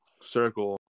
circle